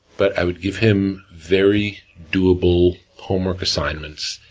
but, i would give him very doable homework assignments,